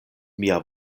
mia